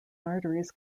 arteries